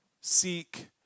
seek